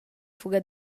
fuga